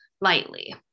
lightly